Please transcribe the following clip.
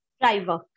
Driver